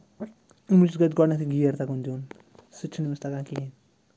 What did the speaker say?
أمِس گۄڈٕنٮ۪تھٕے گِیَر تگُن دیُن سُہ تہِ چھُنہٕ أمِس تَگان کِہیٖنۍ